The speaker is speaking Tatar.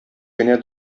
генә